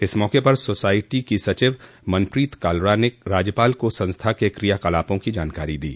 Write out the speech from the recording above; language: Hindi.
इस मौके पर सोसायटी की सचिव मनप्रीत कालरा ने राज्यपाल को संस्था के किया कलापा की जानकारी दी